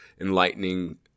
enlightening